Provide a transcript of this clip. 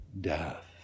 death